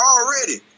Already